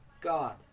God